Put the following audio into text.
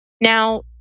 Now